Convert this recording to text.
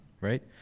right